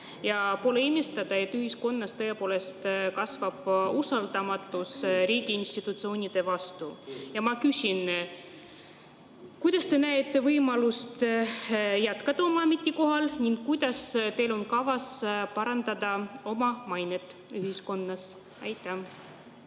Ja pole imestada, et ühiskonnas tõepoolest kasvab usaldamatus riigiinstitutsioonide vastu. Ja ma küsin: kuidas te näete võimalust jätkata oma ametikohal ning kuidas teil on kavas parandada oma mainet ühiskonnas? Austatud